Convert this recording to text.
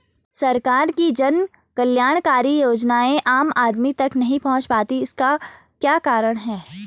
सरकार की जन कल्याणकारी योजनाएँ आम आदमी तक नहीं पहुंच पाती हैं इसका क्या कारण है?